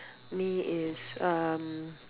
me is um